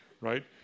right